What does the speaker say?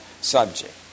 subject